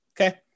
okay